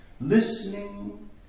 listening